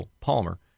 Palmer